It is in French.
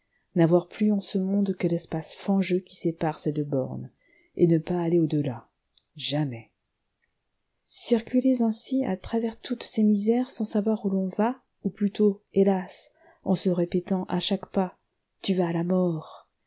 disséquer navoir plus en ce monde que l'espace fangeux qui sépare ces deux bornes et ne pas aller au delà jamais circuler ainsi à travers toutes ces misères sans savoir où l'on va ou plutôt hélas en se répétant à chaque pas tu vas à la mort